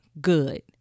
good